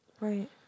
Right